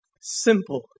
simple